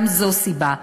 גם זו סיבה,